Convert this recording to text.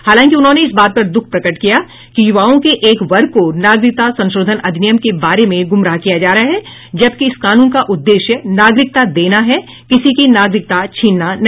हालांकि उन्होंने इस बात पर दुख प्रकट किया कि युवाओं के एक वर्ग को नागरिकता संशोधन अधिनियम के बारे में गुमराह किया जा रहा है जबकि इस कानून का उद्देश्य नागरिकता देना है किसी की नागरिकता छीनना नहीं